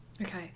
Okay